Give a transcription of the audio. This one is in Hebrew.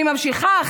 אני ממשיכה,